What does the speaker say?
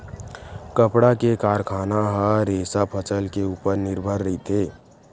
कपड़ा के कारखाना ह रेसा फसल के उपर निरभर रहिथे